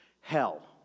Hell